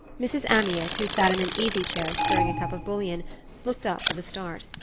mrs. amyot, who sat in an easy-chair stirring a cup of bouillon, looked up with a start.